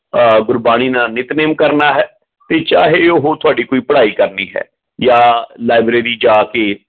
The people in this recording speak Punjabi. ਗੁਰਬਾਣੀ ਨ ਨਿਤਨੇਮ ਕਰਨਾ ਹੈ ਅਤੇ ਚਾਹੇ ਉਹ ਤੁਹਾਡੀ ਕੋਈ ਪੜ੍ਹਾਈ ਕਰਨੀ ਹੈ ਜਾਂ ਲਾਈਬ੍ਰੇਰੀ ਜਾ ਕੇ